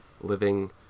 living